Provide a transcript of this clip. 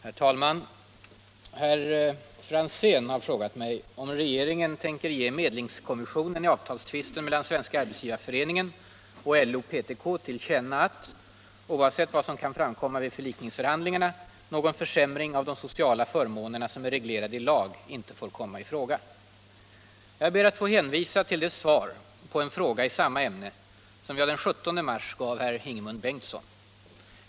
Herr talman! Herr Franzén har frågat mig om regeringen tänker ge medlingskommissionen i avtalstvisten mellan Svenska Arbetsgivareföreningen och LO/PTK till känna att, oavsett vad som kan framkomma vid förlikningsförhandlingarna, någon försämring av de sociala förmånerna som är reglerade i lag inte får komma i fråga. Jag ber att få hänvisa till det svar på en fråga i samma ämne som jag den 17 mars gav herr Ingemund Bengtsson.